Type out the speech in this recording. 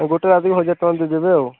ଗୋଟେ ରାତିକି ହଜାରେ ଟଙ୍କା ଦେଇଦେବେ ଆଉ